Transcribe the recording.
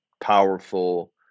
powerful